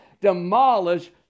Demolish